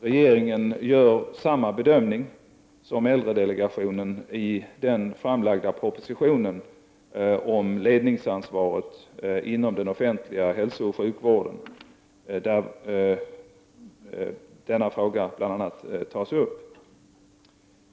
Regeringen gör samma bedömning som äldredelegationen i den framlagda propositionen om ledningsansvaret inom den offentliga hälsooch sjukvården m.m. där bl.a. denna fråga behandlas.